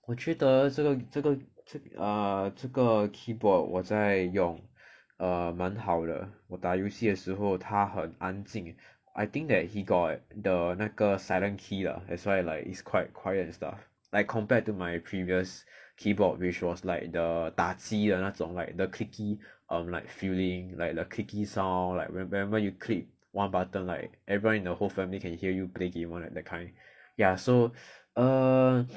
我觉得这个这个 err 这个 keyboard 我在用 err 蛮好的我打游戏的时候它很安静 I think that it got the 那个 silent key lah that's why like it's quite quiet and stuff like compared to my previous keyboard which was like the 打击的那种 like the creaky um like feeling like the creaky sound like remember you click one button like everyone in the whole family can hear you play game [one] that kind ya so err